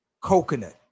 coconut